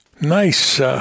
Nice